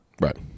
Right